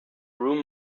room